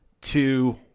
two